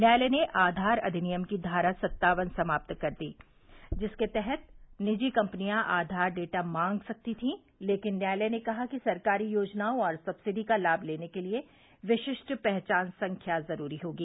न्यायालय ने आधार अधिनियम की धारा सत्तावन समाप्त कर दी जिसके तहत निजी कम्पनियां आधार डाटा मांग सकती थी लेकिन न्यायालय ने कहा कि सरकारी योजनाओं और सब्सिडी का लाभ लेने के लिए विशिष्ट पहचान संख्या जरूरी होगी